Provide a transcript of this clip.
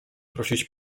prosić